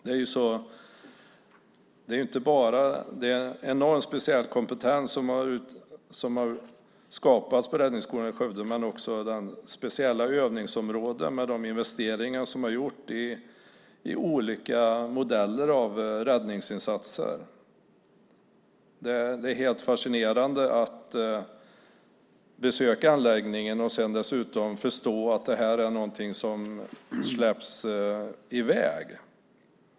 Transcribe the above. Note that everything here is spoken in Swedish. Det handlar inte bara om den enormt speciella kompetens som har skapats på Räddningsskolan i Skövde, utan också om det speciella övningsområdet med de investeringar som har gjorts i olika räddningsinsatsmodeller. Det är fascinerande att besöka anläggningen och dessutom förstå att det här är någonting som släpps i väg.